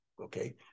okay